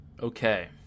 Okay